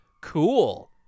Cool